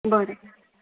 બોલો